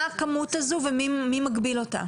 מה הכמות הזאת ומי מגביל אותה?